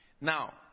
Now